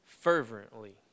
fervently